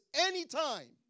anytime